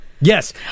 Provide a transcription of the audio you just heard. Yes